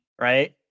right